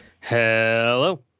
Hello